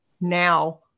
now